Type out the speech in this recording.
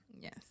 Yes